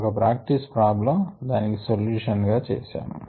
ఒక practice problem దానికి solution చేసాము